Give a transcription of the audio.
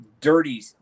dirty